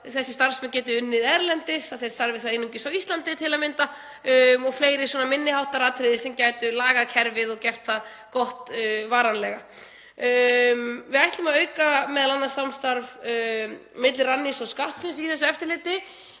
þessir starfsmenn geti unnið erlendis, að þeir starfi þá einungis á Íslandi til að mynda, og fleiri svona minni háttar atriði sem gætu lagað kerfið og gert það gott varanlega. Við ætlum að auka m.a. samstarf milli Rannís og Skattsins í þessu eftirliti,